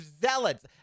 zealots